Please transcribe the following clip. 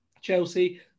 Chelsea